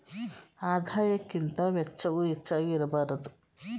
ಆದಾಯಕ್ಕಿಂತ ವೆಚ್ಚವು ಹೆಚ್ಚಾಗಿ ಇರಬಾರದು